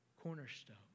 cornerstone